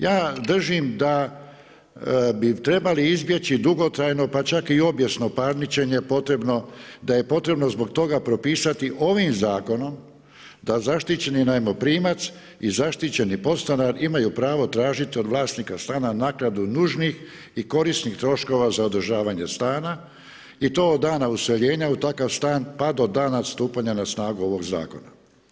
Ja držim da bi trebalo izbjeći dugotrajno pa čak i obijesno parničenje, da je potrebno zbog toga propisati ovim Zakonom da zaštićeni najmoprimac i zaštićeni podstanar imaju pravo tražiti od vlasnika stana naknadu nužnih i korisnih troškova za održavanje stane i to od dana useljenja u takav stan, pa do dana stupanja na snagu ovog Zakona.